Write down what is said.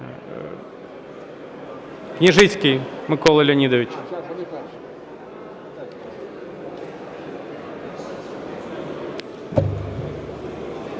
Княжицький Микола Леонідович.